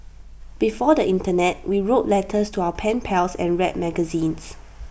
before the Internet we wrote letters to our pen pals and read magazines